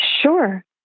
Sure